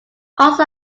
also